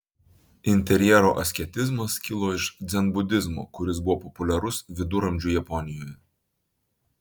interjero asketizmas kilo iš dzenbudizmo kuris buvo populiarus viduramžių japonijoje